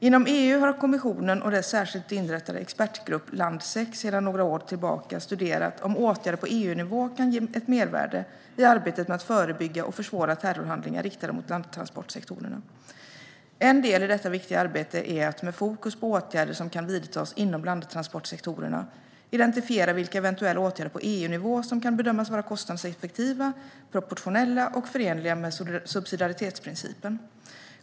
Inom EU har kommissionen och dess särskilt inrättade expertgrupp Landsec sedan några år tillbaka studerat om åtgärder på EU-nivå kan ge ett mervärde i arbetet med att förebygga och försvåra terrorhandlingar riktade mot landtransportsektorerna. En del i detta viktiga arbete är att, med fokus på åtgärder som kan vidtas inom landtransportsektorerna, identifiera vilka eventuella åtgärder på EU-nivå som kan bedömas vara kostnadseffektiva, proportionella och förenliga med subsidiaritetsprincipen.